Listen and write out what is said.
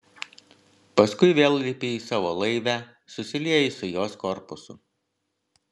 paskui vėl lipi į savo laivę susilieji su jos korpusu